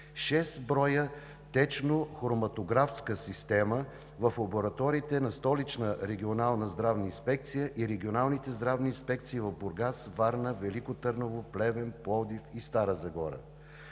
6 броя течна хроматографска система в лабораториите на Столичната регионална здравна инспекция и регионалните здравни инспекции в Бургас, Варна, Велико Търново, Плевен, Пловдив и Стара Загора;